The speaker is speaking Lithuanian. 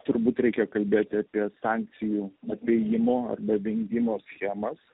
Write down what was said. turbūt reikia kalbėti apie sankcijų apėjimo arba vengimo schemas